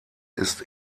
ist